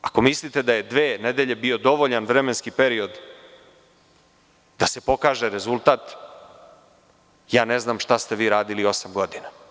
Ako mislite da je dve nedelje bio dovoljan vremenski period da se pokaže rezultat, ja ne znam šta ste vi radili osam godina.